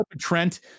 Trent